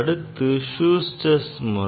அடுத்தது Schuster's முறை